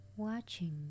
Watching